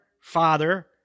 father